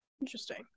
Interesting